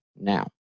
now